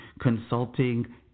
consulting